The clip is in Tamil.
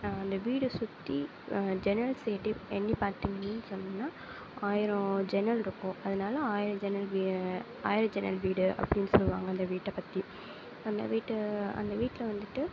அந்த வீடு சுற்றி ஜென்னல் சைடு எண்ணி பார்த்தீங்கன்னு சொன்னீங்கன்னா ஆயிரம் ஜன்னல்ருக்கும் அதனால ஆயிரம் ஜன்னல் ஆயிரம் ஜன்னல் வீடு அப்டின்னு சொல்வாங்க அந்த வீட்டை பற்றி அந்த வீட்டு அந்த வீட்டில் வந்துவிட்டு